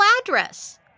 address